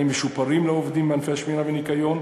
משופרים לעובדים בענפי השמירה והניקיון,